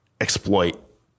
exploit